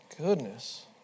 goodness